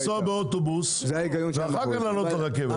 את האדם לנסוע באוטובוס ואחר כך לעלות על רכבת.